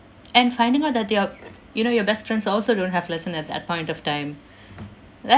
and finding out that your you know your best friends also don't have lesson at that point of time that